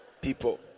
people